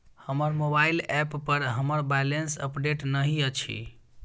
हमर mobile app पर हमर बैलेंस अपडेट नहि अछि